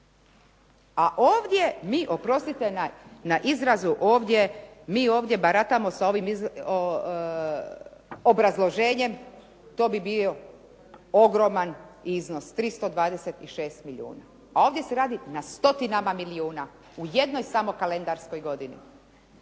A ovdje mi oprostite na izrazu, mi ovdje baratamo sa ovim obrazloženjem to bi bio ogroman iznos 326 milijuna. A ovdje se radi o stotinama milijuna u jednoj samo kalendarskoj godini.